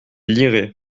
liraient